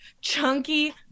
chunky